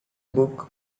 book